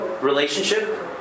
relationship